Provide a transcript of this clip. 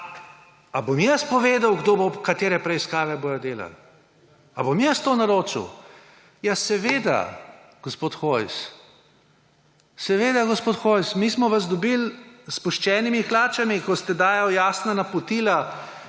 »A bom jaz povedal, katere preiskave bodo delali? A bom jaz to naročil?« Ja seveda, gospod Hojs, mi smo vas dobili s spuščenimi hlačami, ko ste dajali jasna napotila,